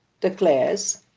declares